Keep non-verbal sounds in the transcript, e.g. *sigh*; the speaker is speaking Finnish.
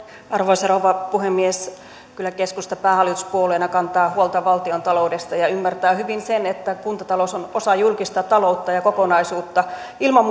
arvoisa rouva puhemies kyllä keskusta päähallituspuolueena kantaa huolta valtiontaloudesta ja ymmärtää hyvin sen että kuntatalous on osa julkista taloutta ja kokonaisuutta ilman *unintelligible*